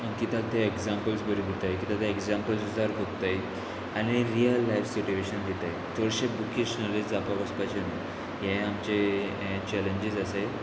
कित्याक ते एग्जांपल्स बरी दिताय कित्याक ते एग्जाम्पल उजार कोत्ताय आनी रियल लायफ सिट्युएशन दिताय चडशे बुकीश नॉलेज जावप वचपाचे न्हू हें आमचे हे चॅलेंजीस आसाय